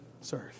serve